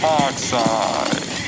oxide